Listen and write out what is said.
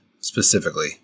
specifically